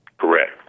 Correct